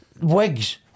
wigs